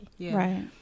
Right